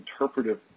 interpretive